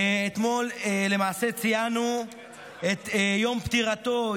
אתמול למעשה ציינו את יום פטירתו,